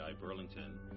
Burlington